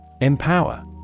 Empower